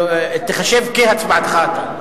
הצבעתך תיחשב כהצבעתך אתה.